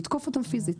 לתקוף אותם פיזית.